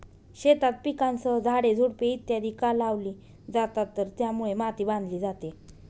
शेतात पिकांसह झाडे, झुडपे इत्यादि का लावली जातात तर त्यामुळे माती बांधली जाते